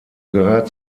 gehört